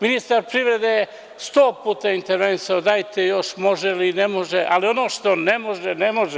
Ministar privrede je sto puta intervenisao, dajte još, može li, ne može, ali ono što ne može, ne može.